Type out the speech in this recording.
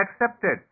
accepted